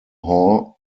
haw